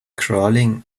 crawling